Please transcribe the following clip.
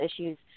issues